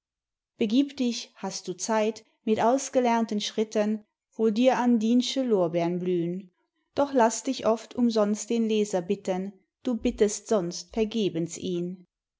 begieb dich hast du zeit mit ausgelernten schritten wo dir andinsche lorbeern blühn doch lass dich oft umsonst den leser bitten du bittest sonst vergebens ihn